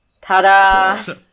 Ta-da